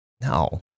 No